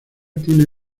tiene